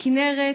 הכינרת,